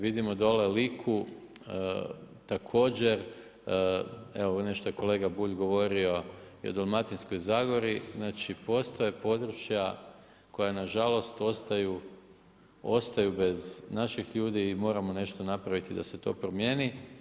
Vidimo dolje Liku također, evo nešto je kolega Bulj govorio i o Dalmatinskoj zagori, znači postoje područja koja nažalost ostaju bez naših ljudi i moramo nešto napraviti da se to promijeni.